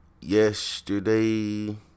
yesterday